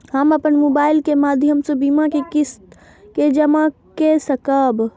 हम अपन मोबाइल के माध्यम से बीमा के किस्त के जमा कै सकब?